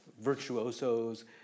virtuosos